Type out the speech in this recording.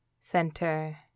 center